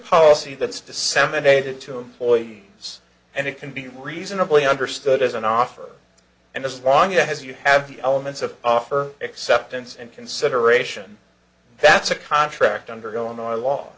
policy that's disseminated to employees and it can be reasonably understood as an offer and as long as you have the elements of offer acceptance and consideration that's a contract under go